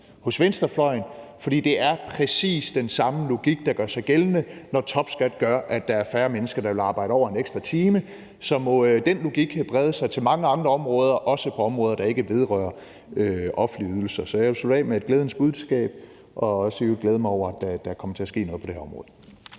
hos venstrefløjen, for det er præcis den samme logik, der gør sig gældende, når topskatten gør, at der er færre mennesker, der arbejder over en ekstra time. Så må den logik brede sig til mange andre områder, også til områder, der ikke vedrører offentlige ydelser. Så jeg vil slutte af med et glædens budskab og glæde mig over, at der kommer til at ske noget på det her område.